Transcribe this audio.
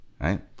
right